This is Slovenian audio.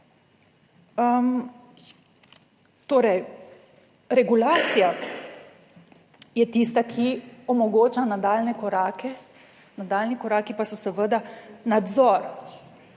Torej, regulacija je tista, ki omogoča nadaljnje korake. Nadaljnji koraki pa so seveda nadzor